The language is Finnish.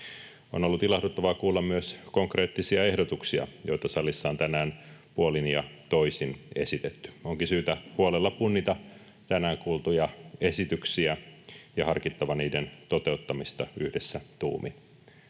On ollut ilahduttavaa kuulla myös konkreettisia ehdotuksia, joita salissa on tänään puolin ja toisin esitetty. Onkin syytä huolella punnita tänään kuultuja esityksiä ja harkittava niiden toteuttamista yhdessä tuumin.